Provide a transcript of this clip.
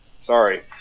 sorry